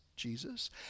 Jesus